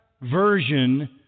version